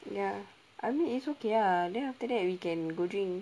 ya I mean it's okay ah then after that we can go drink